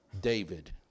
David